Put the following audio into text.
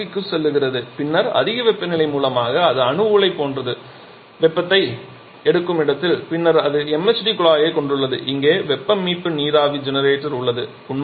அது அமுக்கிக்கு செல்கிறது பின்னர் அதிக வெப்பநிலை மூலமாக அது அணு உலை போன்றது வெப்பத்தை எடுக்கும் இடத்தில் பின்னர் அது MHD குழாயைக் கொண்டுள்ளது இங்கே வெப்ப மீட்பு நீராவி ஜெனரேட்டர் உள்ளது